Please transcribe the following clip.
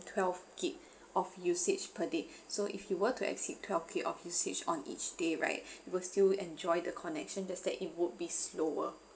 twelve gig of usage per day so if you want to exceed twelve gig of usage on each day right you will still enjoy the connection just that it would be slower